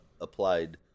applied